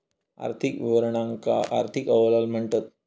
आर्थिक विवरणांका आर्थिक अहवाल म्हणतत